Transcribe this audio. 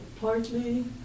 partly